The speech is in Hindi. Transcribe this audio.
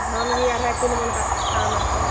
धान भी आ रहा है तीन मन का एक कट्ठा आना चाहिए